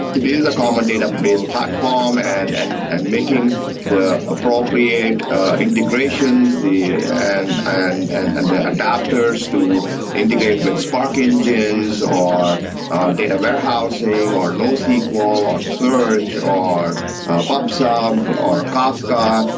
it is a common database platform and and and making the appropriate integrations, and and and the adapters to integrate with spark engines, or data warehousing, or nosql, or search, or pub sub, or kafka.